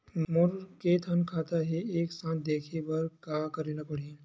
मोर के थन खाता हे एक साथ देखे बार का करेला पढ़ही?